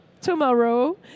tomorrow